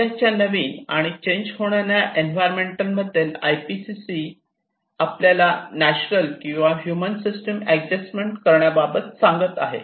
सध्याच्या नवीन आणि चेंज होणाऱ्या एन्व्हायरमेंट मध्ये आयपीसीसी आपल्याला नॅचरल किंवा ह्यूमन सिस्टम एडजस्टमेंट करण्याबाबत सांगत आहे